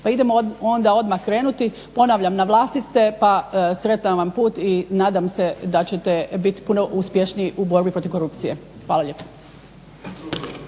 Pa idemo odmah krenuti, ponavljam na vlasti ste pa sretan vam put i nadam se da ćete biti puno uspješniji u borbi protiv korupcije. Hvala lijepo.